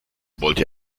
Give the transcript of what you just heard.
wollte